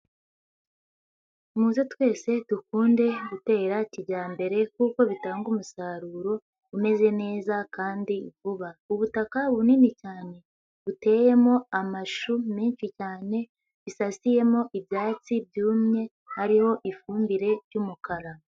Muze twese dukunde gutera kijyambere kuko bitanga umusaruro umeze neza kandi vuba, ubutaka bunini cyane buteyemo amashu menshi cyane, busasiyemo ibyatsi byumye hariho ifumbire y'umukara.